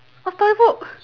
a storybook